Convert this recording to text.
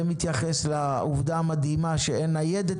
זה מתייחס לעובדה המדהימה שאין ניידת